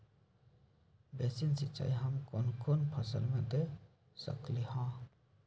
Basin सिंचाई हम कौन कौन फसल में दे सकली हां?